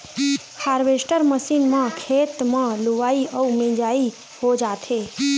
harvester machine म खेते म लुवई अउ मिजई ह हो जाथे